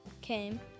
came